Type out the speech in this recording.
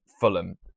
Fulham